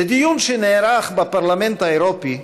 בדיון שנערך בפרלמנט האירופי,